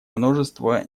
множество